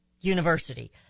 university